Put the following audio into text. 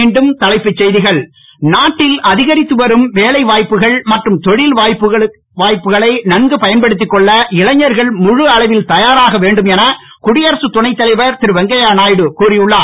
மீண்டும் தலைப்புச் செய்திகள் நாட்டில் அதிகரித்து வரும் வேலை வாய்ப்புகள் மற்றும் தொழில் வாய்ப்புக்களை நன்கு பயன்படுத்திக் கொள்ள இளைஞர்கள் முழு அளவில் தயாராக வேண்டும் என குடியரசு துணைத் தலைவர் திரு வெங்கைய நாயுடு கூறி உள்ளார்